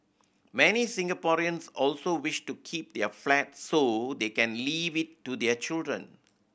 many Singaporeans also wish to keep their flat so they can leave it to their children